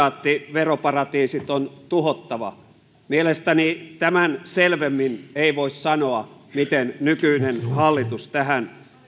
veroparatiisit on tuhottava mielestäni tämän selvemmin ei voi sanoa miten nykyinen hallitus tähän